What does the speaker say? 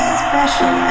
special